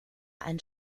einen